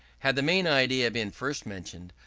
had the main idea been first mentioned,